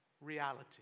Reality